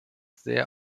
sehr